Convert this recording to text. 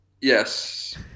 Yes